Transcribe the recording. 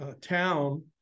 town